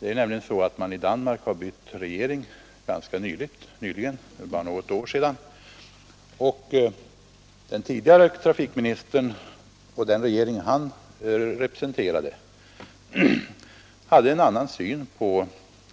Man har nämligen i Danmark bytt regering ganska nyligen — det är bara något år sedan — och den tidigare trafikministern och den regering han representerade hade en annan syn på